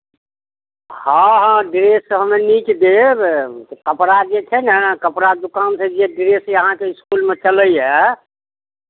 हँ हँ ड्रेस हम नीक देब कपड़ा जे छै नए कपड़ा दोकानसँ जे ड्रेस अहाँके इसकुलमे चलैए